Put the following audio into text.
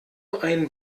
einen